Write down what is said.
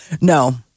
No